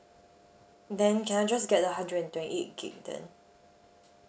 then can I just get the hundred and twenty eight gig then